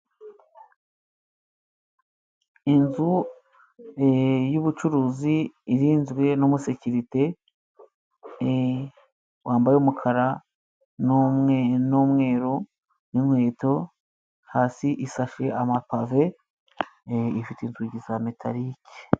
Inzu y'ubucuruzi irinzwe n'umusekirite wambaye umukara n'umweru n'inkweto, hasi isashe amapave ifite inzugi za metalike.